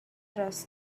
رآس